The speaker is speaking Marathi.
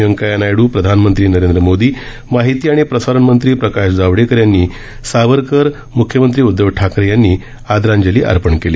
व्यंकय्या नायडू प्रधानमंत्री नरेंद्र मोदी माहिती आणि प्रसारण मंत्री प्रकाश जावडेकर म्ख्यमंत्री उद्धव ठाकरे यांनी आदरांजली अर्पण केली